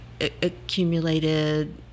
accumulated